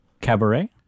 Cabaret